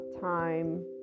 time